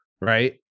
right